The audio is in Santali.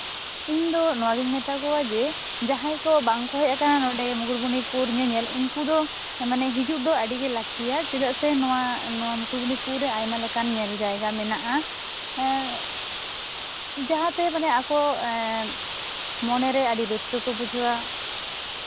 ᱤᱧ ᱫᱚ ᱱᱚᱶᱟ ᱜᱤᱧ ᱢᱮᱛᱟ ᱠᱚᱣᱟ ᱡᱮ ᱡᱟᱦᱟᱸᱭ ᱠᱚ ᱵᱟᱝᱠᱚ ᱦᱮᱡ ᱟᱠᱟᱱᱟ ᱱᱚᱸᱰᱮ ᱢᱩᱠᱩᱴᱢᱩᱱᱤᱯᱩᱨ ᱧᱮᱧᱮᱞ ᱩᱱᱠᱩ ᱫᱚ ᱢᱟᱱᱮ ᱦᱤᱡᱩᱜ ᱫᱚ ᱟᱹᱰᱤ ᱜᱮ ᱞᱟᱹᱠᱛᱤᱭᱟ ᱪᱮᱫᱟᱜ ᱥᱮ ᱱᱚᱶᱟ ᱢᱩᱠᱩᱴᱢᱩᱱᱤᱯᱩᱨ ᱨᱮ ᱟᱭᱢᱟ ᱞᱮᱠᱟᱱ ᱧᱮᱞ ᱡᱟᱭᱜᱟ ᱢᱮᱱᱟᱜᱼᱟ ᱮᱸᱜ ᱡᱟᱦᱟᱸᱛᱮ ᱢᱟᱱᱮ ᱟᱠᱚ ᱮᱸᱜ ᱢᱚᱱᱮᱨᱮ ᱟᱹᱰᱤ ᱨᱟᱹᱥᱠᱟᱹ ᱠᱚ ᱵᱩᱡᱷᱟᱹᱣᱟ